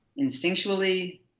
instinctually